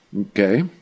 Okay